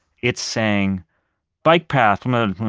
it's saying bike path, ah